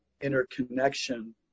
interconnection